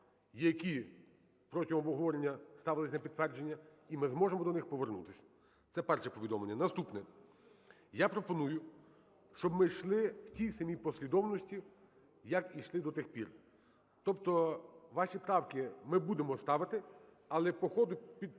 які протягом обговорення ставились на підтвердження, і ми зможемо до них повернутись. Це перше повідомлення. Наступне. Я пропоную, щоб ми йшли в тій самій послідовності, як і йшли до тих пір, тобто ваші правки ми будемо ставити, але по ходу проходження